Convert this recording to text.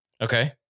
Okay